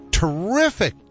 terrific